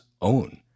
own